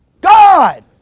God